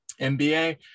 mba